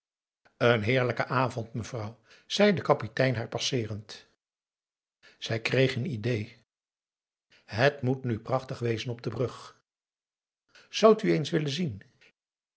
een heerlijke avond mevrouw zei de kapitein haar passeerend zij kreeg een idée het moet nu prachtig wezen op de brug aum boe akar eel oudt u eens willen zien